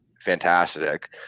fantastic